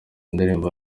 ndirimbo